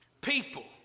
People